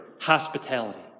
hospitality